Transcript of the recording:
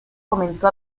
comenzó